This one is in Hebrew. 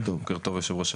בוקר טוב יושב ראש הוועדה.